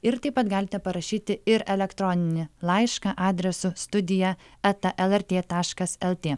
ir taip pat galite parašyti ir elektroninį laišką adresu studija eta lrt taškas lt